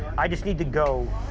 i just need to go.